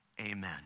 amen